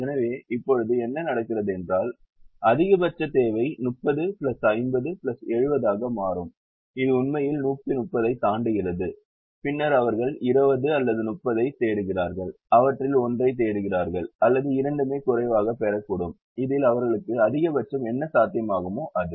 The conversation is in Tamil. எனவே இப்போது என்ன நடக்கிறது என்றால் அதிகபட்ச தேவை 30 50 70 ஆக மாறும் இது உண்மையில் 130 ஐத் தாண்டுகிறது பின்னர் அவர்கள் 20 அல்லது 30 ஐத் தேடுகிறார்கள் அவற்றில் ஒன்றைத் தேடுகிறார்கள் அல்லது இரண்டுமே குறைவாகப் பெறக்கூடும் இதில் அவர்களுக்கு அதிகபட்சம் என்ன சாத்தியமாகுமோ அது